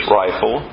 rifle